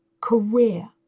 career